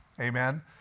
Amen